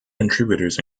contributors